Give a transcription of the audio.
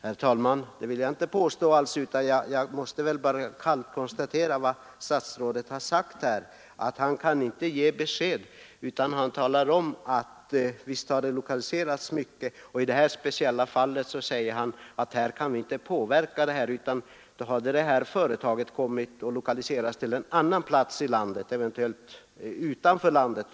Herr talman! Jag är inte alls illvillig, men jag måste kallt konstatera vad statsrådet har sagt. Han kan inte ge besked utan talar bara om att visst har det lokaliserats mycket. Det här speciella fallet, säger han, kunde inte påverkas, för då hade företaget kommit att lokaliseras till en annan plats, eventuellt utanför landet.